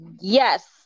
yes